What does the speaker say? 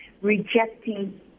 rejecting